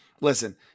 listen